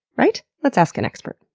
right? let's ask an expert.